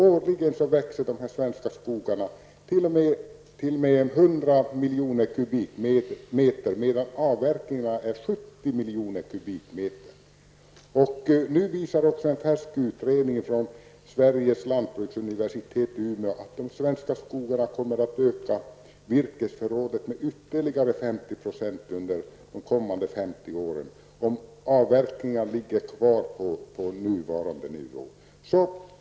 Årligen ökar skogen med 100 miljoner kubikmeter medan avverkningen uppgår till 70 miljoner kubikmeter. En färsk utredning från Sveriges lantbruksuniversitet i Umeå visar att de svenska skogarna kommer att öka virkesförrådet med ytterligare 50 % under de kommande 50 åren, om avverkningen ligger kvar på nuvarande nivå.